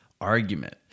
argument